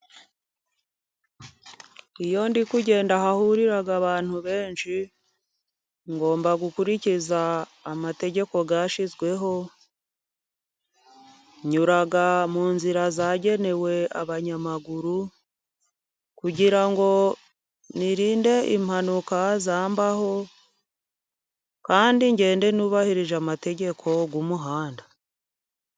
Iyo ndikugenda ahurira abantu benshi ngomba gukurikiza amategeko yashyizweho nyura mu nzira yagenewe abanyamaguru, kugira ngo nirinde impanuka zambaho ,kandi ngende nubahirije amategeko y'umuhanda.